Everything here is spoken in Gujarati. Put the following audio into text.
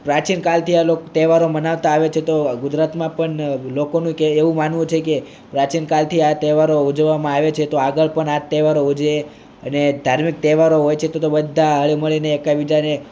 પ્રાચીનકાળથી આ લોકો તહેવારો મનાવતા આવે છે તો ગુજરાતમાં પણ લોકોનું કે એવું માનવું છે કે પ્રાચીન કાળથી આ તહેવારો ઉજવવામાં આવે છે તો આગળ પણ આ તહેવારો ઉજવે અને ધાર્મિક તહેવારો હોય છે તો બધા હળીમળીને એકબીજાને